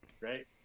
right